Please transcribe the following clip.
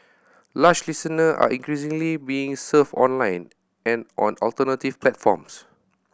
lush listener are increasingly being served online and on alternative platforms